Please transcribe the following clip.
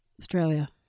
Australia